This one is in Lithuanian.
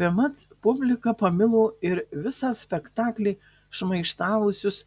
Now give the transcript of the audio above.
bemat publika pamilo ir visą spektaklį šmaikštavusius